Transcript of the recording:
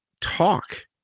talk